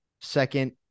second